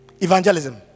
evangelism